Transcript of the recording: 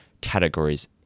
categories